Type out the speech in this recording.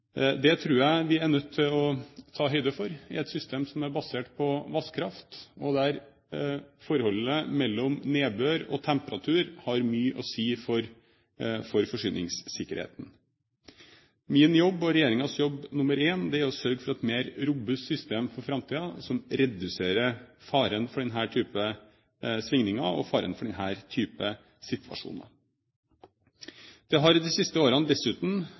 Det tror jeg vi er nødt til å ta høyde for i et system som er basert på vannkraft, og der forholdet mellom nedbør og temperatur har mye å si for forsyningssikkerheten. Min og regjeringens jobb nr. 1 er å sørge for et mer robust system for framtiden, som reduserer faren for denne typen svingninger og faren for denne typen situasjoner. Det har de siste årene dessuten